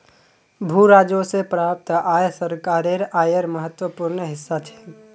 भू राजस्व स प्राप्त आय सरकारेर आयेर महत्वपूर्ण हिस्सा छेक